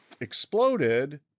exploded